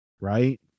right